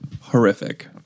horrific